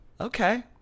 Okay